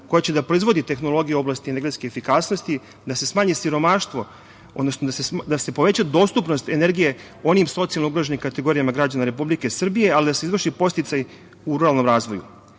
koja će da proizvodi tehnologiju u oblasti energetske efikasnosti, da se smanji siromaštvo, odnosno da se poveća dostupnost energije onim socijalno ugroženim kategorijama građana Republike Srbije, ali i da se izvrši podsticaj u ruralnom razvoju. Najveći